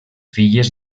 filles